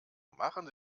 machen